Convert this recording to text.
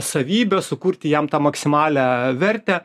savybę sukurti jam tą maksimalią vertę